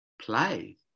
play